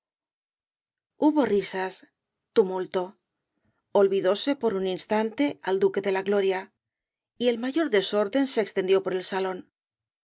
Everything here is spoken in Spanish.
hubo risas tumulto olvidóse por un instante al el caballero de las botas azules duque de la gloria y el mayor desorden se extendió por el salón